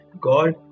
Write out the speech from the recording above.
God